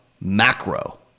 macro